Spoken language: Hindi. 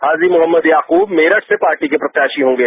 हाजी मुहम्मद याकूब मेरठ से पार्टी के प्रत्याशी होर्गे